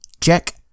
check